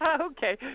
Okay